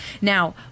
Now